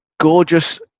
Gorgeous